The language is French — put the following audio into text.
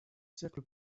cercle